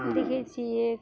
देखै छियै